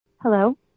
Hello